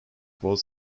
both